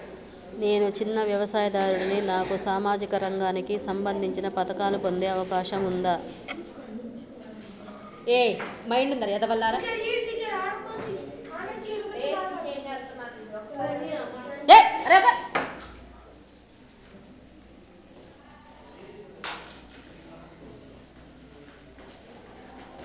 నేను చిన్న వ్యవసాయదారుడిని నాకు సామాజిక రంగానికి సంబంధించిన పథకాలు పొందే అవకాశం ఉందా?